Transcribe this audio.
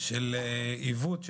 כנגד עיוות,